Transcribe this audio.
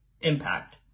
impact